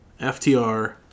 FTR